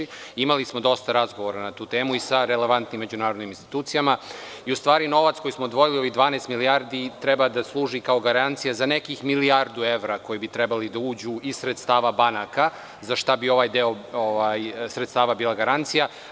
Imali smo dosta razgovora na tu temu i sa relevantnim međunarodnim institucijama i u stvari novac koji smo izdvojili, ovih 12 milijardi, treba da služi kao garancija za nekih milijardu evra koje bi trebale da uđu iz sredstava banaka, za šta bi ovaj deo sredstava bila garancija.